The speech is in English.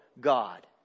God